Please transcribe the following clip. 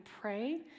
pray